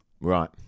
Right